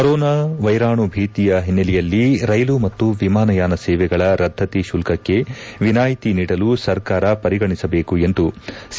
corona ವೈರಾಣು ಭೀತಿಯ ಓನ್ನೆಲೆಯಲ್ಲಿ ರೈಲು ಮತ್ತು ವಿಮಾನ ಯಾನ ಸೇವೆಗಳ ರದ್ಧತಿ ಶುಲ್ಕಕ್ಕೆ ವಿನಾಯಿತಿ ನೀಡಲು ಸರ್ಕಾರ ಪರಿಗಣಿಸಬೇಕು ಎಂದು ಸಿ